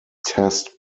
test